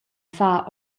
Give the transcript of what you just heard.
far